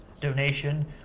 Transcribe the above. donation